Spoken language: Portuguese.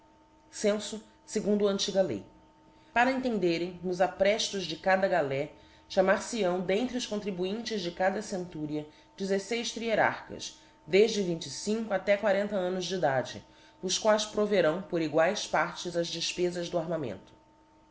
censo segundo a antiga lei cpara entenderem nos apre i tos de cada galé chamarfe hâo dentre os contribuintes de cada centúria dezefeis trierarchas defde vinte e cinco até quarenta annos de edade os quaes proverão por partes eguaes ás defpezas do armamento